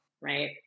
right